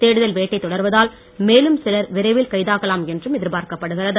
தேடுதல் வேட்டை தொடர்வதால் மேலும் சிலர் விரைவில் கைதாகலாம் என்றும் எதிர்ப்பார்க்கப்படுகிறது